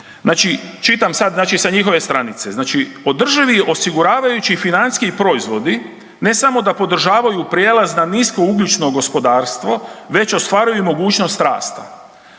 čitam sad znači sa njihove stranice, znači održivi osiguravajući financijski proizvodi, ne samo da podržavaju prijelaz na niskougljičko gospodarstvo već ostvaruju mogućnost rasta.